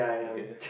okay